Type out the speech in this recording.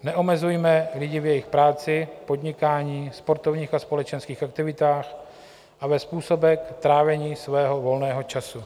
Neomezujme lidi v jejich práci, podnikání, sportovních a společenských aktivitách a ve způsobech trávení svého volného času.